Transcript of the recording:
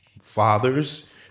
Fathers